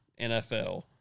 NFL